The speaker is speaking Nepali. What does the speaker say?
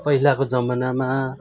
पहिलाको जमानामा